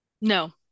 No